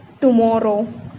tomorrow